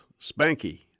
Spanky